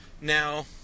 Now